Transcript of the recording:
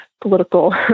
political